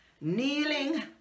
kneeling